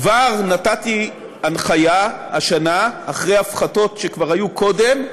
כבר נתתי הנחיה השנה, אחרי ההפחתות שכבר היו קודם,